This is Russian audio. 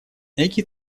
экий